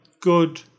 good